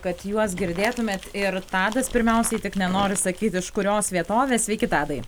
kad juos girdėtumėt ir tadas pirmiausiai tik nenori sakyti iš kurios vietovės sveiki tadai